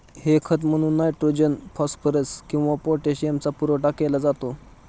हे खत म्हणून नायट्रोजन, फॉस्फरस किंवा पोटॅशियमचा पुरवठा केला जातो